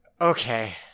okay